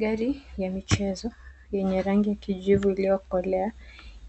Gari ya michezo yenye rangi ya kijivu iliyokolea